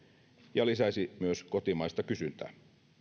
ja lisäisi myös kotimaista kysyntää